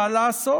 מה לעשות,